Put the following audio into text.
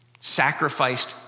sacrificed